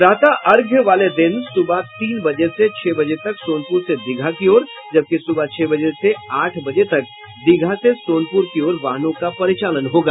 प्रातः अर्घ्य वाले दिन सुबह तीन बजे से छह बजे तक सोनपुर से दीघा की ओर जबकि सुबह छह बजे से आठ बजे तक दीघा से सोनपुर की ओर वाहनों का परिचालन होगा